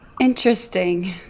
Interesting